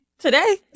Today